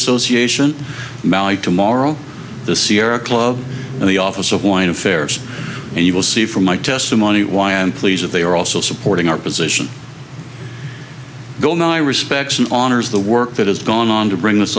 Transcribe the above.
association valued tomorrow the sierra club and the office of wine affairs and you will see from my testimony why i am pleased that they are also supporting our position though my respects an honors the work that has gone on to bring th